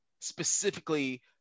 specifically